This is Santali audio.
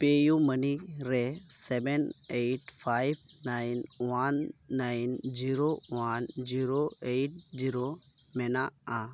ᱯᱮ ᱤᱭᱩᱢᱟᱱᱤ ᱨᱮ seven eight five nine one nine zero one zero eight zero ᱢᱮᱱᱟᱜᱼᱟ